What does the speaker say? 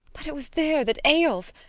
but it was there that eyolf!